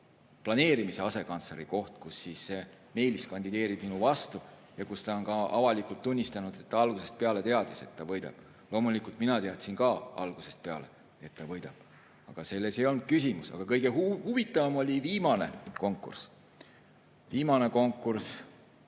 kaitseplaneerimise asekantsleri koht, kus Meelis kandideeris minu vastu ja kus ta on ka avalikult tunnistanud, et ta algusest peale teadis, et ta võidab. Loomulikult mina teadsin ka algusest peale, et ta võidab, aga selles ei olnud küsimus. Aga kõige huvitavam oli viimane konkurss. Kas ma küsisin